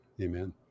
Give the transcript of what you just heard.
Amen